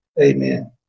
Amen